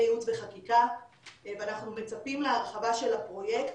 ייעוץ וחקיקה ואנחנו מצפים להרחבה של הפרויקט.